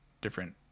different